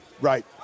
Right